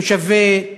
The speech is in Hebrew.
תושבי תל-שבע,